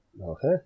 Okay